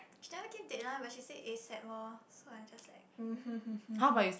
she never give deadline but she said asap loh so I just like mmhmm hmm hmm hmm